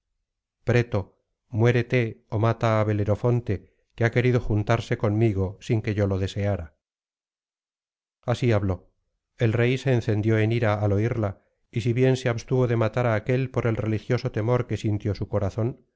preto muérete ó mata á belerofonte que ha querido juntarse conmigo sin que yo lo deseara así habló el rey se encendió en ira al oiría y si bien se abstuvo de matar á aquél por el religioso temor que sintió su corazón